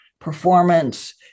performance